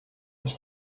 mas